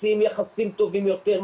מציעים יחסים טובים יותר,